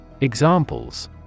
Examples